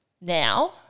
now